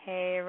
Hey